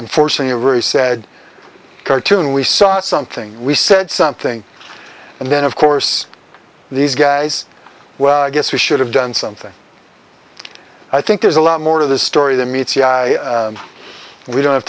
unforeseen a very said cartoon we saw something we said something and then of course these guys well i guess we should have done something i think there's a lot more of the story than meets the eye we don't have